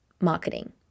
marketing